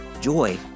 joy